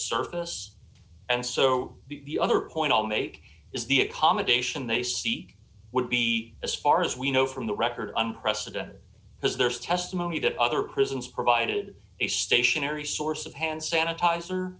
surface and so the other point i'll make is the accommodation they seek would be as far as we know from the record unprecedented because there's testimony that other prisons provided a stationary source of hand